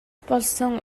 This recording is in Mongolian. болсон